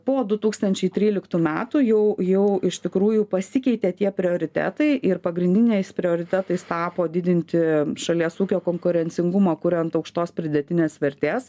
po du tūkstančiai tryliktų metų jau jau iš tikrųjų pasikeitė tie prioritetai ir pagrindiniais prioritetais tapo didinti šalies ūkio konkurencingumą kuriant aukštos pridėtinės vertės